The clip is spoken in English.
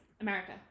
America